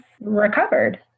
recovered